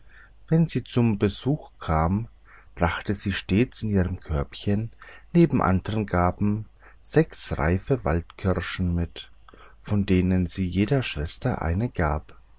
wenn sie zum besuche kam brachte sie stets in ihrem körbchen neben andern gaben sechs reife waldkirschen mit von denen sie jeder schwester eine gab